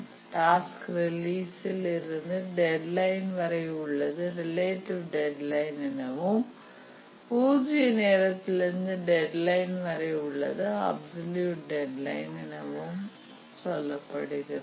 task ரிலீஸ்இல் இருந்து deadline வரை உள்ளது ரிலேட்டிவ் டெட்லைன் எனவும் பூஜ்ய நேரத்திலிருந்து டெட்லைன் வரை உள்ளது அப்சல்யூட் டெட்லைன் எனவும் கூறப்படுகிறது